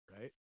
right